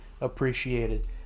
appreciated